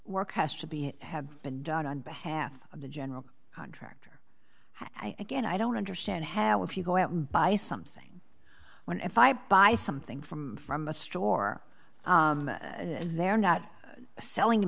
work has to be have been done on behalf of the general contractor i get i don't understand how if you go out and buy something when if i buy something from from a store and they're not selling to